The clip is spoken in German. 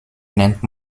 nennt